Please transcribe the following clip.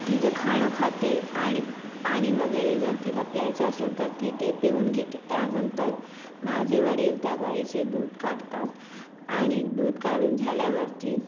तिचं खाणं खाते आणि पाणी वगैरे जर तिला प्यायचं असेल तर ती ते पिऊन घेते त्यानंतर माझे वडील त्या गाईचे दूध काढतात आणि दूध काढून झाल्यावरती